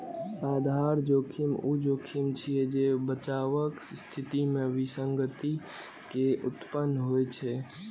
आधार जोखिम ऊ जोखिम छियै, जे बचावक स्थिति मे विसंगति के उत्पन्न होइ छै